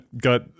got